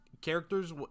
characters